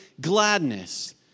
gladness